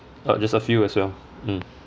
uh just a few as well mm